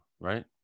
right